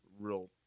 real